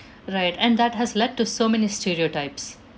right and that has led to so many stereotypes